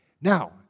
Now